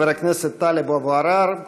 חבר הכנסת טלב אבו עראר.